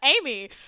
Amy